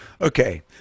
okay